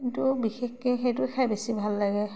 কিন্তু বিশেষকে সেইটো খাই বেছি ভাল লাগে